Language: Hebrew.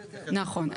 נכון.